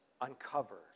uncover